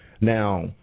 Now